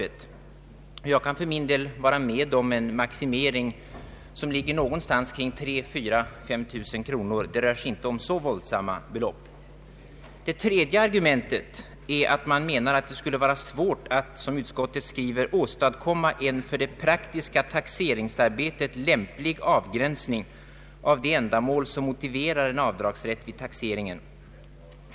Jag kan för min del vara med om en maximering som ligger någonstans kring 3 000, 4000, 5 000 kronor — det rör sig inte om så särskilt stora belopp. Det tredje argumentet är att det skul le vara svårt — som utskottet skriver — att åstadkomma en för det praktiska taxeringsarbetet lämplig avgränsning av de ändamål som motiverar en avdragsrätt vid taxeringen.